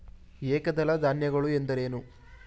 ಏಕದಳ ಧಾನ್ಯಗಳು ಎಂದರೇನು?